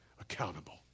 accountable